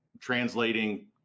translating